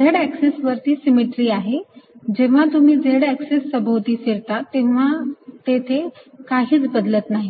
z axis वरती symmetry आहे जेव्हा तुम्ही z ऍक्सिस सभोवती फिरता तेव्हा तेथे काहीच बदलत नाही